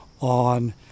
on